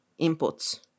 inputs